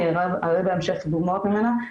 אני אעלה בהמשך דוגמאות ממנה,